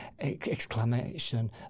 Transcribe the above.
exclamation